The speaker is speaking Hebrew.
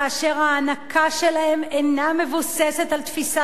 כאשר ההענקה שלהם אינה מבוססת על תפיסה